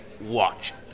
Watch